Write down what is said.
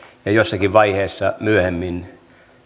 ja jossakin vaiheessa myöhemmin